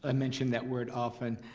ah mention that word often.